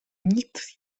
nikt